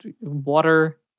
water